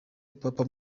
papa